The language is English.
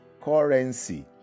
currency